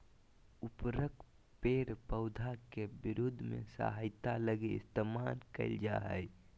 उर्वरक पेड़ पौधा के वृद्धि में सहायता लगी इस्तेमाल कइल जा हइ